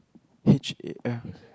H A R